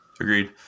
agreed